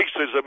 racism